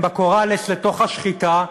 ב"קוראלס" לתוך השחיטה.